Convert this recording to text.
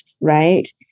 right